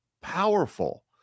powerful